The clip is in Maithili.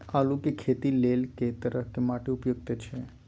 आलू के खेती लेल के तरह के माटी उपयुक्त अछि?